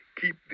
Keep